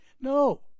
No